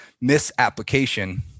misapplication